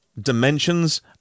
dimensions